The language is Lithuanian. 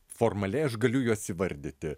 formaliai aš galiu juos įvardyti